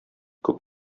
күп